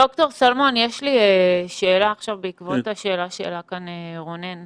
ד"ר שלמון, אני רוצה לשאול שאלה בעקבות שאלת רונן.